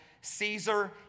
Caesar